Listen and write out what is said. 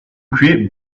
create